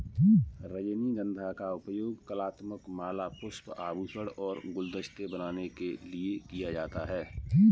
रजनीगंधा का उपयोग कलात्मक माला, पुष्प, आभूषण और गुलदस्ते बनाने के लिए किया जाता है